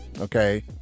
okay